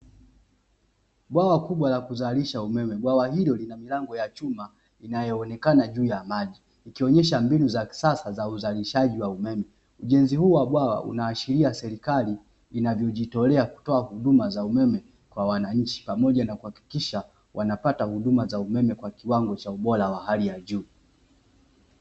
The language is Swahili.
Bwawa kubwa la kuzalisha umeme, bwawa hilo lina milango ya chuma inayoonekana juu ya maji ikionyesha mbinu za kisasa za uzalishaji wa umeme. Ujenzi huu wa bwawa unaashiria serikali inavyojitolea kutoa huduma za umeme kwa wananchi pamoja na kuhakikisha wanapata huduma za umeme kwa kiwango cha ubora wa hali ya juu.